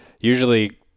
Usually